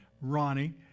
Ronnie